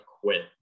quit